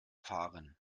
fahren